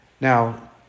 Now